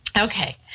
Okay